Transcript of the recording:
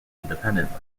independently